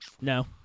No